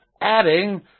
adding